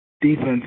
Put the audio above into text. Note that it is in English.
defense